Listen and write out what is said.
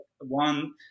one